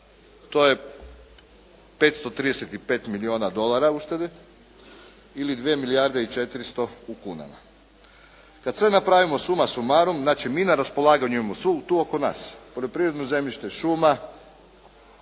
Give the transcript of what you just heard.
to je 535 milijuna dolara uštede ili 2 milijarde i 400 u kunama. Kada sve napravimo summa summarum, znači mi na raspolaganju imamo sumu tu oko nas, poljoprivredno zemljište šuma,